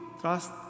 trust